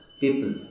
people